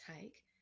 take